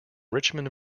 richmond